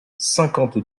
cinquante